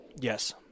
Yes